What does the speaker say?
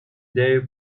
their